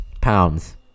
pounds